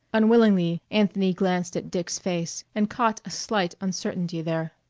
unwillingly anthony glanced at dick's face and caught a slight uncertainty there.